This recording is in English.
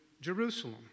Jerusalem